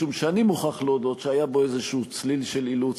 משום שאני מוכרח להודות שהיה בו איזה צליל של אילוץ,